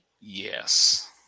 Yes